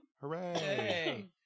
Hooray